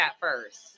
first